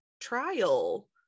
trial